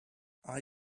are